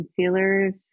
concealers